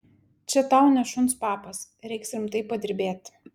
čia tau ne šuns papas reiks rimtai padirbėt